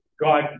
God